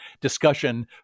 discussion